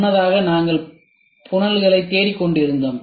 முன்னதாக நாங்கள் புனல்களைத் தேடிக்கொண்டிருந்தோம்